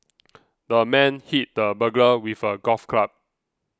the man hit the burglar with a golf club